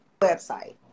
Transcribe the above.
website